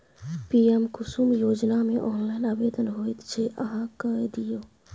PM Kusum योजनामे online आवेदन होइत छै अहाँ कए दियौ